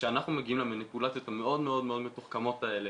שכשאנחנו מגיעים למניפולציות המאוד מאוד מאוד מתוחכמות האלה